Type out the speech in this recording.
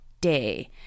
Day